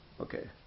Okay